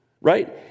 right